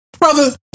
Brother